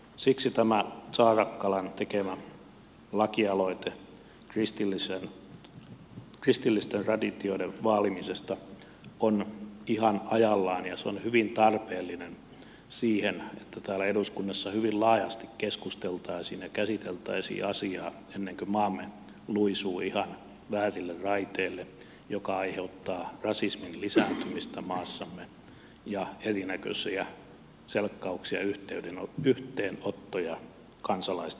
siksi tämä saarakkalan tekemä lakialoite kristillisten traditioiden vaalimisesta on ihan ajallaan ja se on hyvin tarpeellinen siihen että täällä eduskunnassa hyvin laajasti keskusteltaisiin ja käsiteltäisiin asiaa ennen kuin maamme luisuu ihan väärille raiteille mikä aiheuttaa rasismin lisääntymistä maassamme ja erinäköisiä selkkauksia ja yhteenottoja kansalaisten välillä